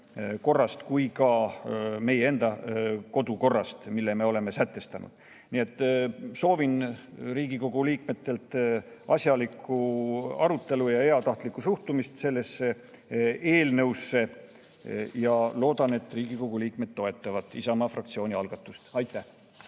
korrast kui ka meie enda kodukorrast, mille me oleme sätestanud. Nii et soovin Riigikogu liikmetelt asjalikku arutelu ja heatahtlikku suhtumist sellesse eelnõusse. Ja loodan, et Riigikogu liikmed toetavad Isamaa fraktsiooni algatust. Aitäh!